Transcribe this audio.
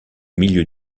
milieu